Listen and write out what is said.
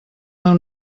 meu